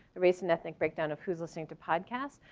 the race and ethnic breakdown of who's listening to podcasts.